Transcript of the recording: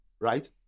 right